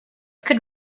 could